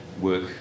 work